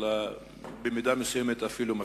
אלא במידה מסוימת אפילו מפליאה.